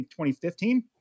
2015